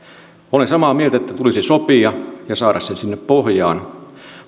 olen samaa mieltä että tulisi sopia ja saada se sinne pohjaan